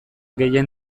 gehien